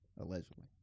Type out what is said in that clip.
Allegedly